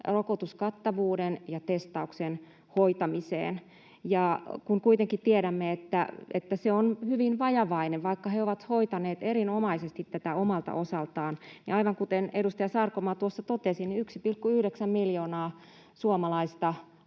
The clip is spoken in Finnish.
rokotuskattavuuden ja testauksen hoitamiseen, kun kuitenkin tiedämme, että se on hyvin vajavainen. Vaikka he ovat hoitaneet erinomaisesti tätä omalta osaltaan, niin aivan kuten edustaja Sarkomaa tuossa totesi, 1,9 miljoonaa suomalaista